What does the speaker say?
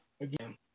Again